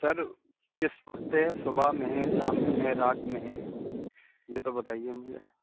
سر کس وقت ہے صبح میں ہے شام میں ہے رات میں ہے یہ تو بتائیے مجھے